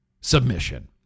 submission